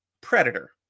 Predator